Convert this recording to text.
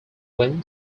when